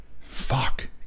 Fuck